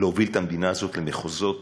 להוביל את המדינה הזאת למחוזות